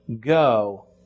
Go